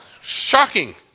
shocking